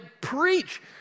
preach